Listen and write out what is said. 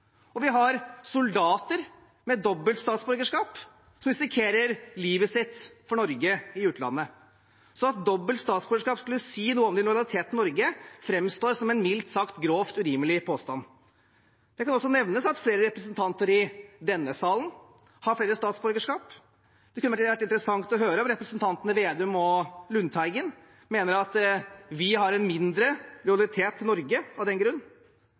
og vi har soldater med dobbelt statsborgerskap som risikerer livet sitt for Norge i utlandet. Så at dobbelt statsborgerskap skulle si noe om ens lojalitet til Norge, framstår som en mildt sagt grovt urimelig påstand. Det kan også nevnes at flere representanter i denne salen har flere statsborgerskap. Det kunne vært interessant å høre om representantene Slagsvold Vedum og Lundteigen mener at vi har en mindre lojalitet til Norge av den grunn.